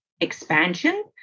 expansion